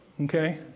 okay